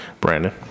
Brandon